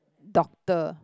doctor